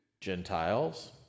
Gentiles